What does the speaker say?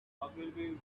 ogilvy